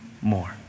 more